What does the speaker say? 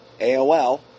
AOL